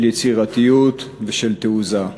של יצירתיות ושל תעוזה.